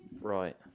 Right